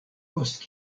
post